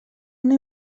una